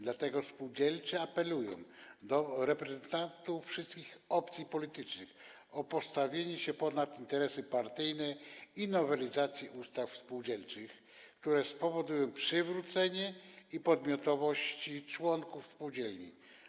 Dlatego spółdzielcy apelują do reprezentantów wszystkich opcji politycznych o postawienie się ponad interesy partyjne i nowelizację ustaw spółdzielczych, które spowodują przywrócenie podmiotowości członków spółdzielni.